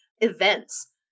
events